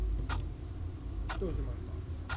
so those are my thoughts